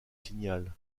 signal